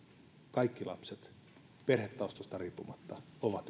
kaikki lapset perhetaustasta riippumatta